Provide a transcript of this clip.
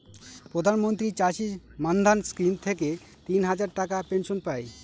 প্রধান মন্ত্রী চাষী মান্ধান স্কিম থেকে তিন হাজার টাকার পেনশন পাই